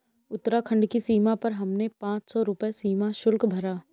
उत्तराखंड की सीमा पर हमने पांच सौ रुपए सीमा शुल्क भरा